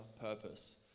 purpose